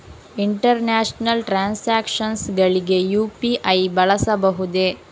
International transactions ಗಳಿಗೆ UPI ಬಳಸಬಹುದೇ?